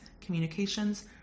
communications